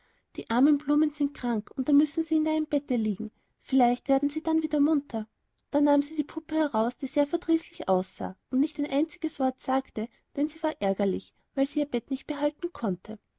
die armen blumen sind krank und da müssen sie in deinem bette liegen vielleicht werden sie dann wieder munter da nahm sie die puppe heraus die sehr verdrießlich aussah und nicht ein einziges wort sagte denn sie war ärgerlich weil sie ihr bett nicht behalten konnte